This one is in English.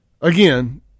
Again